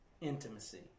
Intimacy